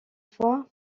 fois